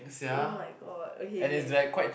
oh-my-god okay okay